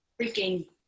freaking